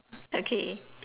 okay